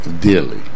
Dearly